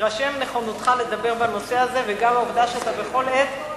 תירשם נכונותך לדבר בנושא הזה וגם העובדה שאתה בכל עת,